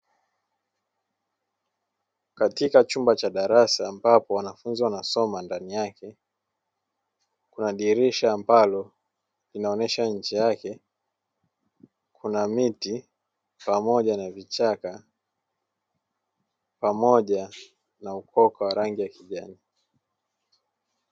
Katika chumba cha darasa ambapo wanafunzi wanasoma ndani yake, kuna dirisha ambalo linaonesha nje yake kuna miti pamoja na vichaka pamoja na ukoka wa rangi ya kijani.